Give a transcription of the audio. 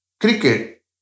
cricket